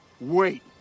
wait